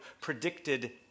predicted